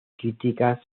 críticas